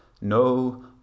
No